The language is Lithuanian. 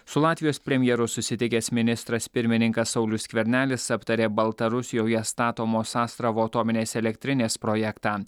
su latvijos premjeru susitikęs ministras pirmininkas saulius skvernelis aptarė baltarusijoje statomos astravo atominės elektrinės projektą